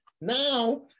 Now